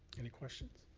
any questions?